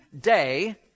day